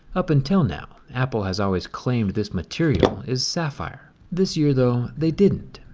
up until now apple has always claimed this material is sapphire. this year though they didn't.